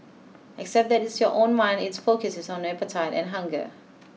except that it's your own mind it's focuses on appetite and hunger